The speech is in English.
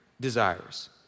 desires